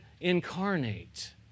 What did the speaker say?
incarnate